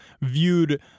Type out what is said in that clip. viewed